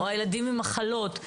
או הילדים עם מחלות,